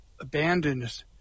abandoned